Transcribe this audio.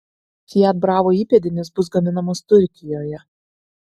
fiat bravo įpėdinis bus gaminamas turkijoje